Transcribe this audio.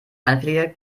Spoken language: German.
anfälliger